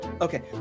Okay